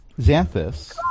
Xanthus